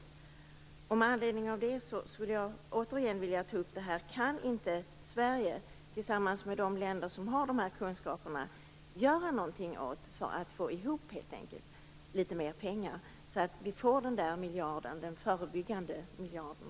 Med anledning av detta skulle jag återigen vilja ta upp frågan om inte Sverige, tillsammans med de länder som har de kunskaper som behövs, kan göra någonting för att få ihop litet mer pengar, så att WFP får den förebyggande miljarden.